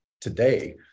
today